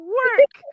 work